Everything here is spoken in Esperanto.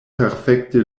perfekte